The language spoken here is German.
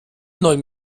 neuen